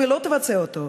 אם היא לא תבצע אותו,